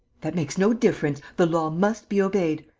that makes no difference. the law must be obeyed.